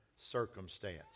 circumstance